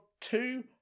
two